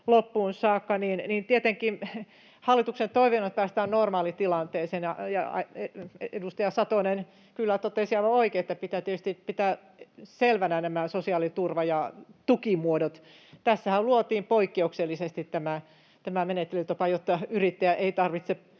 loppuun saakka: Tietenkin hallituksen toiveena on, että päästään normaalitilanteeseen. Edustaja Satonen kyllä totesi aivan oikein, että pitää tietysti pitää selvänä nämä sosiaaliturva- ja tukimuodot. Tässähän luotiin poikkeuksellisesti tämä menettelytapa, jotta yrittäjän ei tarvitse